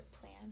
plan